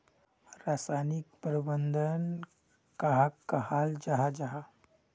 रासायनिक प्रबंधन कहाक कहाल जाहा जाहा?